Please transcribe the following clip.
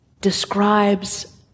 describes